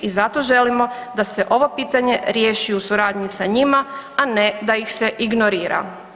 I zato želimo da se ovo pitanje riješi u suradnju sa njima, a ne da ih se ignorira.